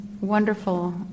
wonderful